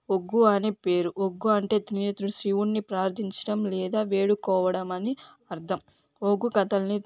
ఒగ్గు అని పేరు ఒగ్గు అంటే త్రినేత్రుణ్ణి శివుణ్ణి ప్రార్ధించడం లేదా వేడుకోవడం అని అర్ధం ఒగ్గు కథల్ని